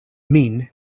min